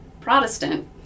Protestant